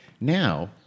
Now